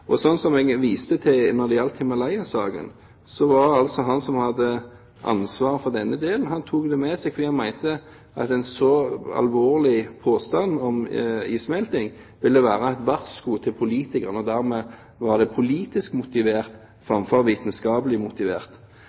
som jeg viste til, tok han som hadde ansvaret for denne delen, saken med seg fordi han mente at en så alvorlig påstand om issmelting ville være et varsko til politikerne, og dermed var det politisk motivert framfor vitenskapelig motivert.